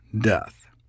death